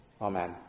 Amen